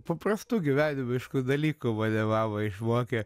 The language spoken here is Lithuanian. paprastų gyvenimiškų dalykų mane mama išmokė